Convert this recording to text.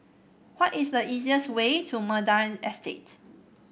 what is the easiest way to Mandai Estate